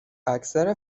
اکثر